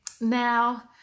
now